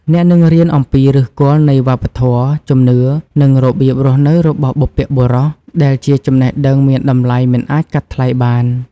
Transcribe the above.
អ្នកនឹងរៀនអំពីឫសគល់នៃវប្បធម៌ ជំនឿ និងរបៀបរស់នៅរបស់បុព្វបុរស ដែលជាចំណេះដឹងមានតម្លៃមិនអាចកាត់ថ្លៃបាន។